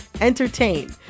entertain